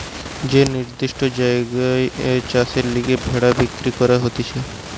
যে নির্দিষ্ট জায়গায় চাষের লিগে ভেড়া বিক্রি করা হতিছে